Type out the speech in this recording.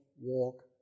walk